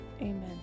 Amen